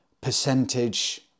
percentage